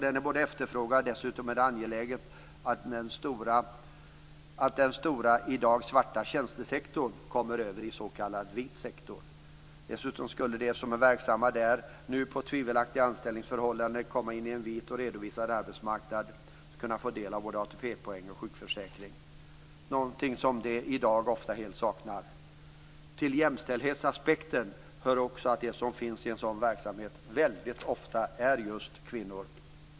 De är efterfrågade, och dessutom är det angeläget att den i dag stora svarta tjänstesektorn kommer över i s.k. vit sektor. Dessutom skulle de som är verksamma där nu med tvivelaktiga anställningsförhållanden på en vit och redovisad arbetsmarknad kunna få del av både ATP-poäng och sjukförsäkring, någonting som de i dag ofta helt saknar. Till jämställdhetsaspekten hör också att de som finns i sådan verksamhet väldigt ofta är just kvinnor.